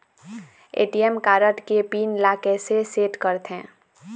ATM card के PIN ला कैसे सेट करथे?